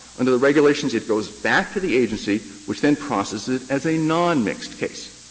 under the regulations it goes back to the agency which then processes it as a non-mixed case.